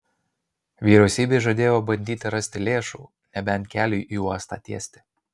vyriausybė žadėjo bandyti rasti lėšų nebent keliui į uostą tiesti